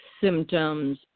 symptoms